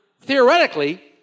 theoretically